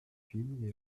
fines